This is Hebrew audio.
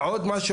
עוד משהו,